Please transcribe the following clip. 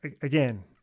again